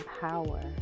power